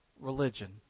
religion